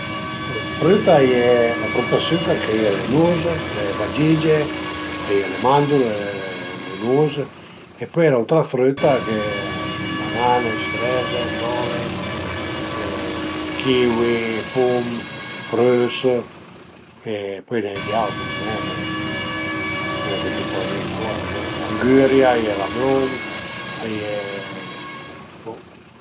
Früta a ie, la früta sëca ch'a ie le nus, le bagige, a ie le mandurle, le le le nus e pöi d'autra früta a ie, a i sun le banane, le cireze, frole, kiwi, pum, prüs e pöi a i n'a ie d'autri, ma mi sai nen, che tip a ie ancura, bo l'angüria, a ie ël melun, a ie bo